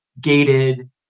gated